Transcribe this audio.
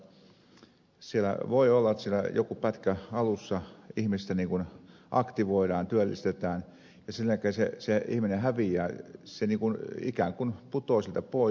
pulliainen tarkoitti että voi olla että siellä joku pätkä alussa ihmistä aktivoidaan työllistetään ja sen jälkeen se ihminen häviää ikään kuin putoaa sieltä pois